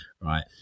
right